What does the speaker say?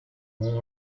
more